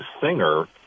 singer